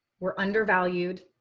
we're undervalued.